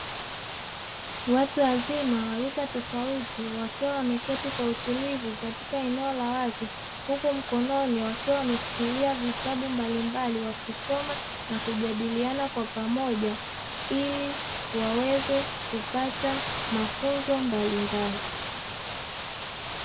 Watu wazima wa rika tofauti wakiwa wameketi kwa utulivu katika eneo la wazi, huku mkononi wakiwa wameshikilia vitabu mbalimbali, wakisoma na kujadiliana kwa pamoja ili waweze kupata mafunzo mbalimbali.